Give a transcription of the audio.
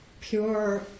pure